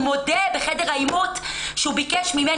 והוא מודה בחדר העימות שהוא ביקש ממני.